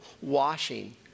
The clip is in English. washing